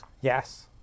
Yes